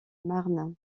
marne